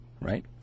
right